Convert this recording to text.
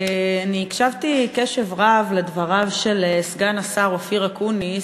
הקשבתי קשב רב לדבריו של סגן השר אופיר אקוניס,